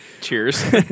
Cheers